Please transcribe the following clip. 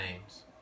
names